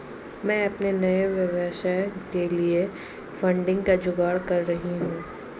मैं अपने नए व्यवसाय के लिए फंडिंग का जुगाड़ कर रही हूं